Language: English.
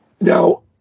Now